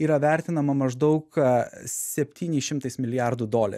yra vertinama maždaug septyniais šimtais milijardų dolerių